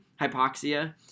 hypoxia